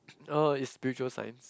oh it's spiritual science